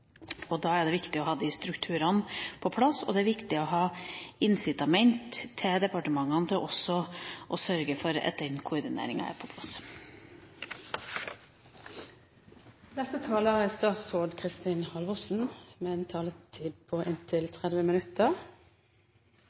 Da er det viktig å ha disse strukturene på plass, og det er viktig å ha et incitament for departementene til også å sørge for at den koordineringa er på plass. Jeg legger merke til at representanten Skei Grande har en